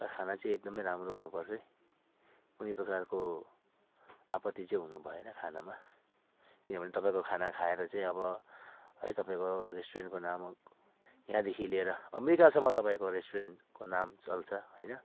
र खाना चाहिँ एकदमै राम्रो हुनु पर्छ है कुनै प्रकारको आपत्ति चाहिँ हुनु भएन खानामा किनभने तपाईँको खाना खाएर चाहिँ अब है तपाईँको रेस्टुरेन्टको नाम यहाँदेखि लिएर अमेरिकासम्म तपाईँको रेस्टुरेन्टको नाम चल्छ होइन